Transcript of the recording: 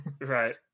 right